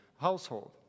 household